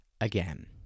again